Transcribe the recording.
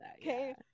okay